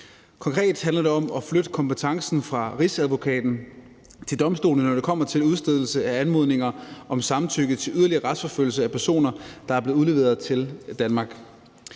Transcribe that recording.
Konkret handler det om at flytte kompetencen fra Rigsadvokaten til domstolene, når det kommer til udstedelse af anmodninger om samtykke til yderligere retsforfølgelse af personer, der er blevet udleveret til Danmark.